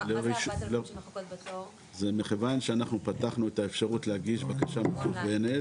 זה מכיוון שפתחנו את האפשרות להגיש בקשה מקוונת,